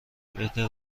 بهتر